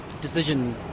decision